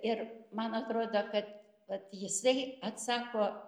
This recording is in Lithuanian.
ir man atrodo kad vat jisai atsako